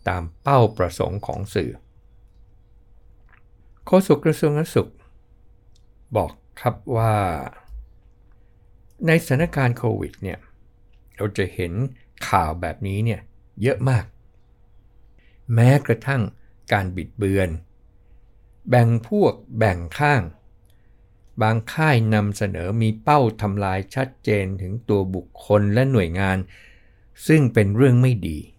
ตามเป้าประสงค์ของสื่อ โฆษกกระทรวงสุขบอกครับว่า ในสถานการณ์โควิดเนี่ยเราจะเห็นข่าวแบบนี้เนี่ยเยอะมาก แม้กระทั่งการบิดเบือน แบ่งพวกแบ่งข้าง บางค่ายนำเสนอมีเป้าทำลายชัดเจนถึงตัวบุคคลและหน่วยงาน ซึ่งเป็นเรื่องไม่ดี